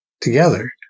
together